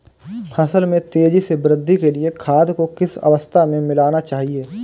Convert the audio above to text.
फसल में तेज़ी से वृद्धि के लिए खाद को किस अवस्था में मिलाना चाहिए?